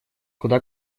куда